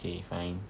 okay fine